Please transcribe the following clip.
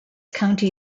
county